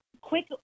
quick